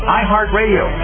iHeartRadio